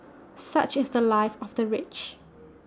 such is The Life of the rich